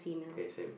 okay same